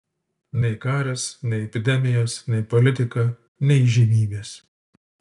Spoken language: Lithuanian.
nei karas nei epidemijos nei politika nei įžymybės